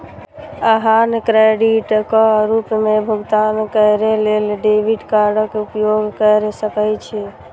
अहां क्रेडिटक रूप मे भुगतान करै लेल डेबिट कार्डक उपयोग कैर सकै छी